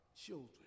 children